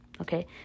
okay